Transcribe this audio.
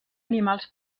animals